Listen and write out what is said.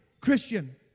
Christian